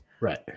Right